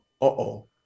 uh-oh